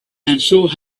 have